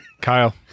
Kyle